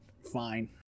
fine